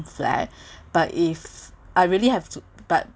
flat but if I really have to but